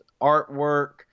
artwork